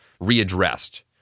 readdressed